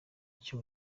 kucyo